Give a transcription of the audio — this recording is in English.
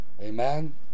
Amen